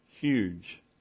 huge